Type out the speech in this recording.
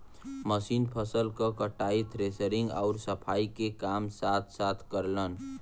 machine फसल क कटाई, थ्रेशिंग आउर सफाई के काम साथ साथ करलन